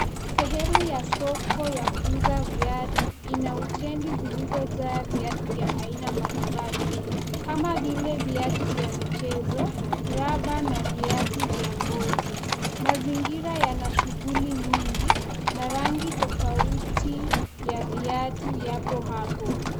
Sehemu ya soko ya kuuza viatu ina utendi zilizojaa viatu vya aina mbalimbali, kama vile viatu vya michezo, raba, na viatu vya ngozi. Mazingira yanashughuli nyingi, na rangi tofauti ya viatu yapo hapo.